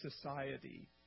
Society